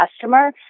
customer